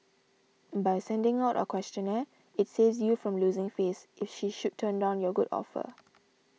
by sending out a questionnaire it saves you from losing face if she should turn down your good offer